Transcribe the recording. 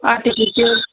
artificial